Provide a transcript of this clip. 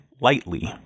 lightly